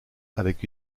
avec